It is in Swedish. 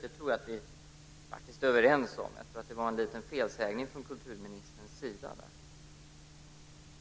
Det tror jag att vi är överens om. Det var nog en liten felsägning från kulturministerns sida.